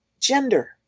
gender